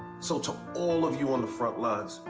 so, to all of you on the front lines,